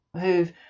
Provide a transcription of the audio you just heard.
who've